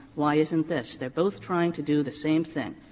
why isn't this? they're both trying to do the same thing,